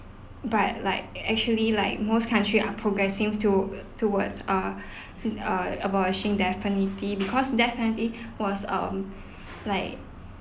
but like actually like most country are progressing to towards err err abolishing death penalty because death penalty was um like